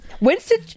Winston